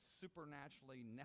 supernaturally